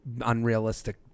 unrealistic